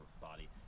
body